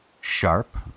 sharp